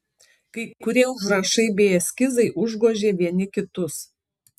kai kurie užrašai bei eskizai užgožė vieni kitus